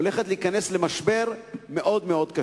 הולכת להיכנס למשבר קשה מאוד מאוד.